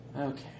Okay